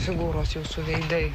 figūros jūsų veidai